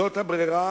זאת הברירה